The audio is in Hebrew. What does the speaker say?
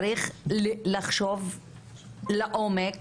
צריך לחשוב לעומק